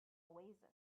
oasis